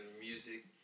music